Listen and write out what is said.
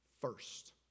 First